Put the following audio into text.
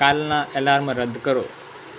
કાલના અલાર્મ રદ કરો